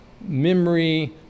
memory